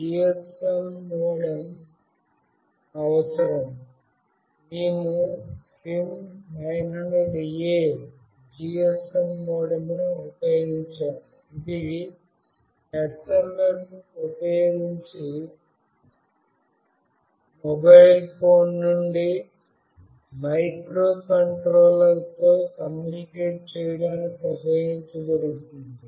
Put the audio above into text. GSM modem అవసరం మేము SIM900A GSM మోడెమ్ను ఉపయోగించాము ఇది SMS ఉపయోగించి మొబైల్ ఫోన్ నుండి మైక్రోకంట్రోలర్తో కమ్యూనికేట్ చేయడానికి ఉపయోగించబడుతుంది